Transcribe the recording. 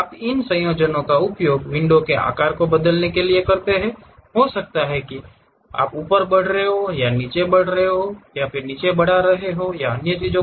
आप इन संयोजनों का उपयोग विंडो के आकार को बदलने के लिए करते हैं हो सकता है कि ऊपर बढ़ रहा हो और नीचे बढ़ रहा हो बढ़ रहा हो और अन्य चीजें